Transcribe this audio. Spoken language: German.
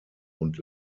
und